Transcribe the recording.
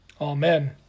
Amen